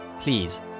Please